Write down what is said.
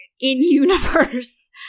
in-universe